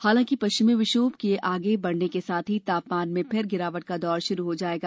हालांकि पश्चिमी विक्षोम के आगे बढ़ने के साथ ही तापमान में फिर गिरावट का दौर शुरू हो जाएगा